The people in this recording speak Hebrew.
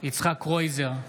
יצחק קרויזר,